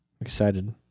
excited